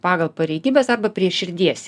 pagal pareigybes arba prie širdies